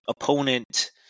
opponent